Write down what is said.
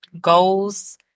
goals